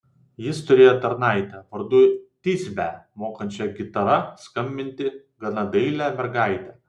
ji turėjo tarnaitę vardu tisbę mokančią gitara skambinti gana dailią mergaitę